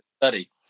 study